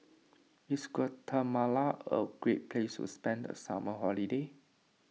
is Guatemala a great place to spend the summer holiday